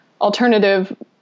alternative